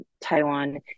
Taiwan